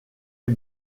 est